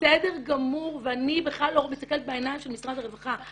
זה בסדר גמור ואני בכלל לא מסתכלת בעיניים של משרד הרווחה.